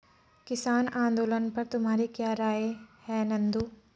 किसान आंदोलन पर तुम्हारी क्या राय है नंदू?